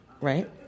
Right